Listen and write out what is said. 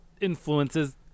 influences